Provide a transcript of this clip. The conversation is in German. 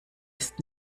ist